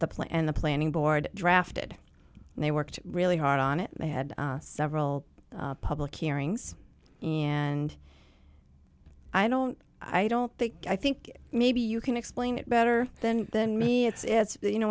the plan and the planning board drafted and they worked really hard on it and they had several public hearings and i don't i don't think i think maybe you can explain it better than than me it's you know